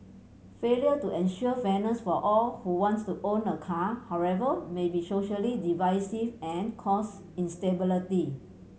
failure to ensure fairness for all who wants to own a car however may be socially divisive and cause instability